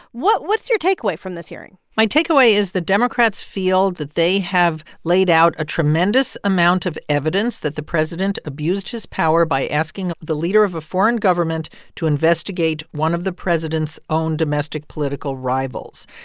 what's your takeaway from this hearing? my takeaway is the democrats feel that they have laid out a tremendous amount of evidence that the president abused his power by asking the leader of a foreign government to investigate one of the president's own domestic political rivals.